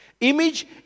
Image